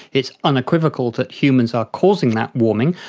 it's unequivocal that humans are causing that warming.